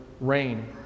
rain